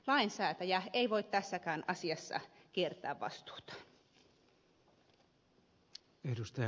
lainsäätäjä ei voi tässäkään asiassa kiertää vastuutaan